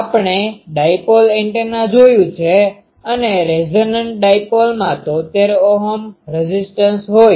આપણે dipole antenna જોયું છે અને રેઝનન્ટ ડાઈપોલમાં 73 Ω રેઝીસ્ટન્સ હોય